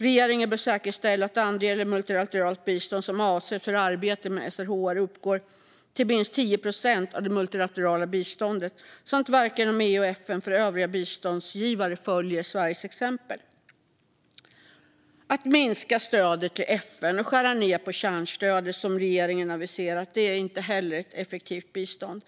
Regeringen bör säkerställa att andelen multilateralt bistånd som avsätts för arbete med SRHR uppgår till minst 10 procent av det multilaterala biståndet samt verka inom EU och FN för att övriga biståndsgivare följer Sveriges exempel. Att, som regeringen aviserat, minska stödet till FN och skära ned på kärnstödet är inte heller ett effektivt bistånd.